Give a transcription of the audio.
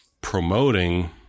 promoting –